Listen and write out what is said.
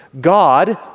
God